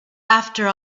after